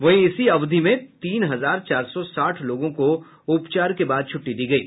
वहीं इसी अवधि में तीन हजार चार सौ साठ लोगों को उपचार के बाद छुट्टी दी गयी